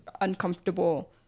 uncomfortable